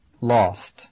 lost